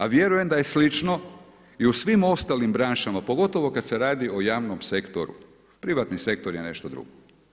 A vjerujem da je slično, i u svim ostalim branšama, pogotovo kad se radi o javnom sektoru, privatni sektor je nešto drugo.